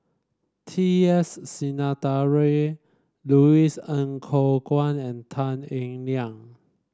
T S Sinnathuray Louis Ng Kok Kwang and Tan Eng Liang